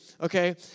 okay